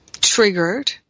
triggered